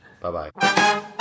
Bye-bye